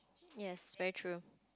yes very true